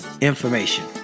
information